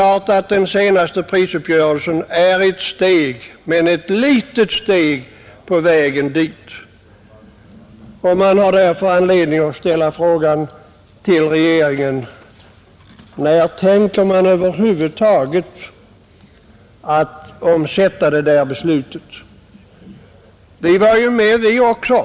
Den senaste prisuppgörelsen är naturligtvis ett steg — men ett litet steg! — på vägen dit. Man har därför anledning ställa den frågan till regeringen: När tänker regeringen över huvud taget omsätta beslutet från 1967 i handling?